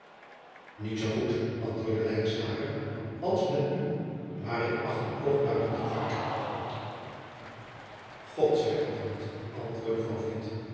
iet zoo goed antwoordde als met u maar ik acht hem toch buiten gevaar od zij gedankt antwoordde